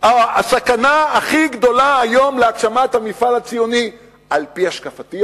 הסכנה הכי גדולה היום להגשמת המפעל הציוני על-פי השקפתי,